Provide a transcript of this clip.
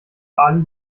ali